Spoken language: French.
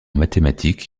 mathématiques